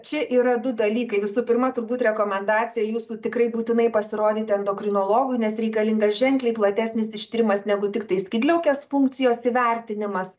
čia yra du dalykai visų pirma turbūt rekomendacija jūsų tikrai būtinai pasirodyti endokrinologui nes reikalingas ženkliai platesnis ištyrimas negu tiktai skydliaukės funkcijos įvertinimas